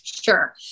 Sure